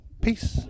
Peace